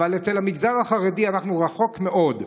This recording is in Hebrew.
אבל אצל המגזר החרדי אנחנו רחוקים מאוד.